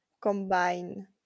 combine